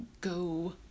go